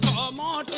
la la